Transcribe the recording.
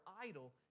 idle